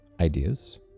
ideas